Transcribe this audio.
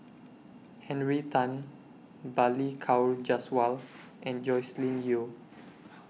Henry Tan Balli Kaur Jaswal and Joscelin Yeo